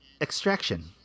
extraction